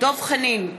דב חנין,